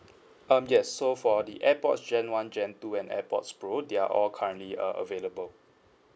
um yes so for the airpods gen one gen two and airpods pro they're all currently uh available